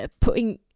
putting